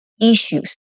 issues